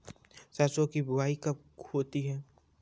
सरसों की बुआई कब होती है?